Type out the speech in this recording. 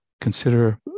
Consider